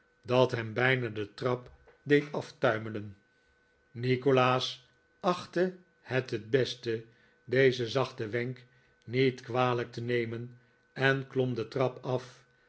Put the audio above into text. dat hem bijna de trap deed aftuimelen nikolaas achtte het t beste dezen zachten wenk niet kwalijk te nemen en klom de trap af